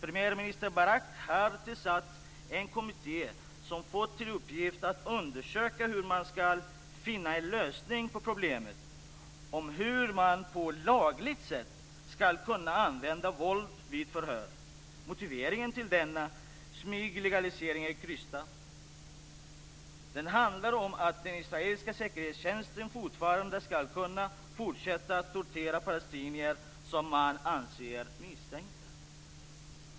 Premiärminister Barak har tillsatt en kommitté som fått till uppgift att undersöka hur man ska finna en lösning på problemet om hur man på lagligt sätt ska kunna använda våld vid förhör. Motiveringen till denna smyglegalisering är krystad. Den handlar om att den israeliska säkerhetstjänsten fortfarande ska kunna fortsätta att tortera palestinier som man anser är misstänkta.